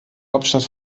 hauptstadt